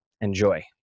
Enjoy